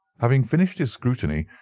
having finished his scrutiny,